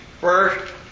First